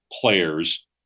players